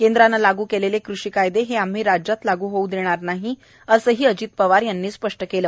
केंद्राने लागू केलेले कृषी कायदे हे आम्ही राज्यात लागू होऊ देणार नाही असेही अजित पवार यांनी स्पष्ट केलं